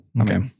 okay